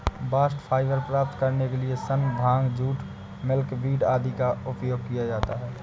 bast fibre प्राप्त करने के लिए सन, भांग, जूट, मिल्कवीड आदि का उपयोग किया जाता है